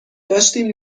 داشتیم